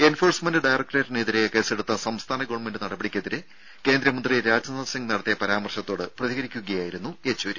enforcement ഡയറക്ടറേറ്റിനെതിരെ കേസെടുത്ത സംസ്ഥാന ഗവൺമെന്റ് നടപടിയ്ക്കെതിരെ കേന്ദ്രമന്ത്രി രാജ്നാഥ് സിംഗ് നടത്തിയ പരാമർശത്തോട് പ്രതികരിക്കുകയായിരുന്നു സീതാറാം യെച്ചൂരി